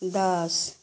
दस